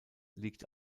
liegt